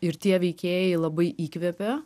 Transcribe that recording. ir tie veikėjai labai įkvepia